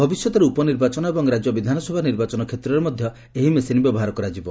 ଭବିଷ୍ୟତରେ ଉପନିର୍ବାଚନ ଏବଂ ରାଜ୍ୟ ବିଧାନସଭା ନିର୍ବାଚନ କ୍ଷେତ୍ରରେ ମଧ୍ୟ ଏହି ମେସିନ୍ ବ୍ୟବହାର କରାଯିବ